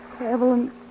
Evelyn